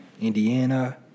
Indiana